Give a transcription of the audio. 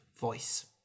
voice